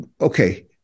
okay